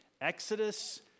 Exodus